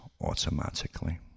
automatically